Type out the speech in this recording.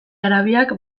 arabiak